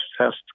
test